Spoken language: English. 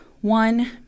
one